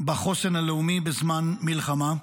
בחוסן הלאומי בזמן מלחמה.